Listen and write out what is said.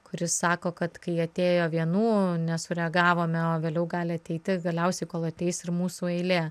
kuris sako kad kai atėjo vienų nesureagavome o vėliau gali ateiti galiausiai kol ateis ir mūsų eilė